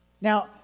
Now